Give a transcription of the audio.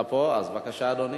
אתה פה, אז בבקשה, אדוני.